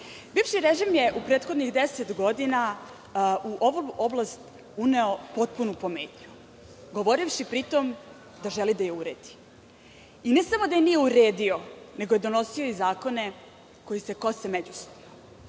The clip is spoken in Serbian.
pravu. Bivši režim je u prethodnih 10 godina u ovu oblast uneo potpunu pometnju, govorivši pri tom da želi da je uredi i ne samo da je nije uredio, nego je donosio i zakone koji se kose međusobno,